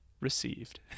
received